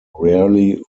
rarely